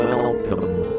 Welcome